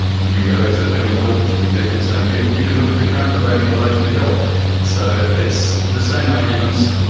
you can go back to the family court which took exactly the same view you can look at the current debate in relation to health so it's the same arguments,